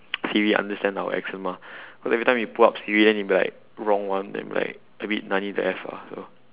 siri understand our accent mah cause every time we pull up siri then it'll be like wrong one then we'll be like a bit nani the F lah so